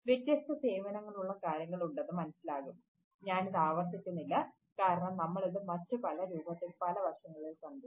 വ്യത്യസ്ത സേവനങ്ങളുള്ള കാര്യങ്ങൾ ഉണ്ടെന്ന് മനസ്സിലാകും ഞാൻ ഇത് ആവർത്തിക്കുന്നില്ല കാരണം നമ്മൾ ഇത് മറ്റ് പല രൂപത്തിൽ പല വശങ്ങളിൽ കണ്ടു